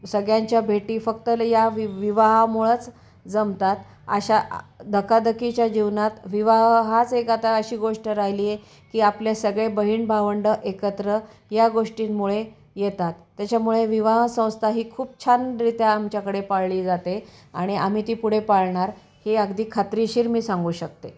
सगळ्यांच्या भेटी फक्त या वि विवाहामुळेच जमतात अशा धकाधकीच्या जीवनात विवाह हाच एक आता अशी गोष्ट राहिली आहे की आपले सगळे बहीण भावंड एकत्र या गोष्टींमुळे येतात त्याच्यामुळे विवाह संंस्था ही खूप छान रीत्या आमच्याकडे पाळली जाते आणि आम्ही ती पुढे पाळणार हे अगदी खात्रीशीर मी सांगू शकते